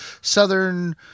Southern